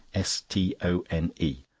s t o n e.